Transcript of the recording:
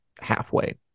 halfway